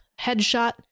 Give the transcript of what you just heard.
headshot